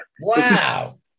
Wow